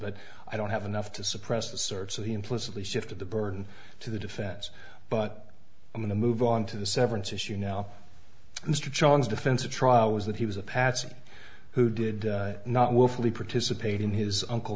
but i don't have enough to suppress the search so he implicitly shifted the burden to the defense but i'm going to move on to the severance issue now mr chong's defense a trial was that he was a patsy who did not willfully participate in his uncle